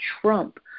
trump